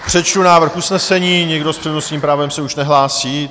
Přečtu návrh usnesení nikdo s přednostním právem se už nehlásí.